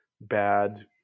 bad